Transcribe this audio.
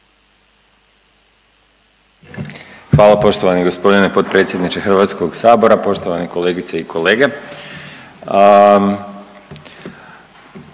Hvala poštovani gospodine potpredsjedniče Hrvatskog sabora. Cijenjene kolegice i kolege,